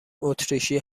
اتریشی